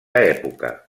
època